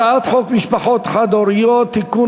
הצעת חוק משפחות חד-הוריות (תיקון,